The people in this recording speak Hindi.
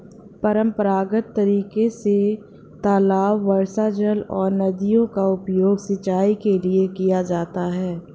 परम्परागत तरीके से तालाब, वर्षाजल और नदियों का उपयोग सिंचाई के लिए किया जाता है